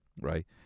right